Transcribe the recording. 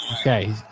Okay